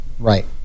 right